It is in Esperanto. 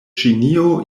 ĉinio